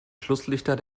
schlusslichter